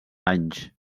anys